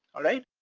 alright?